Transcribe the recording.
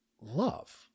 love